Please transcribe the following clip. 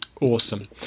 awesome